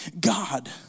God